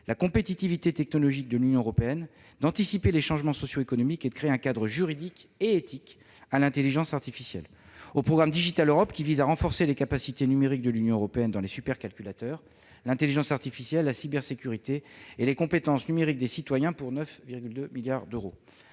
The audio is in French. la compétitivité technologique de l'Union européenne, à anticiper les changements socioéconomiques et à créer un cadre juridique et éthique pour l'intelligence artificielle. Le programme Digital Europe, doté de 9,2 milliards d'euros, tend à renforcer les capacités numériques de l'Union européenne dans les supercalculateurs, l'intelligence artificielle, la cybersécurité et les compétences numériques des citoyens. Le programme Horizon